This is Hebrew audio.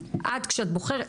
את כשאת בוחרת,